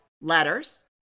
letters